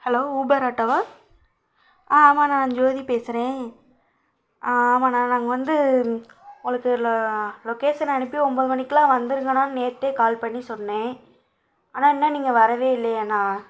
hello Uber ஆட்டோவா ஆம் ஆமாண்ணா நான் ஜோதி பேசுகிறேன் ஆம் ஆமாண்ணா நாங்கள் வந்து உங்களுக்கு லொ லொக்கேஷன் அனுப்பி ஒன்போது மணிக்கலாம் வந்துடுங்கண்ணானு நேற்றே கால் பண்ணி சொன்னேன் ஆனால் இன்னும் நீங்கள் வரவே இல்லையேண்ணா